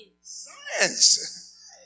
Science